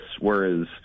Whereas